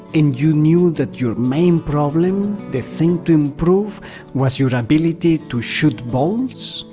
and you knew that your main problem, the thing to improve was your ability to shoot balls,